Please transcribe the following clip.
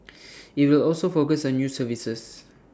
IT will also focus on new services